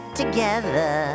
together